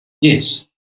Yes